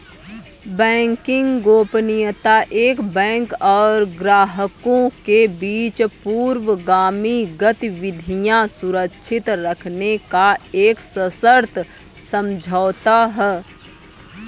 banking गोपनीयता एक bank और ग्राहकों के बीच पूर्वगामी गतिविधियां सुरक्षित रखने का एक सशर्त समझौता है